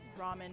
ramen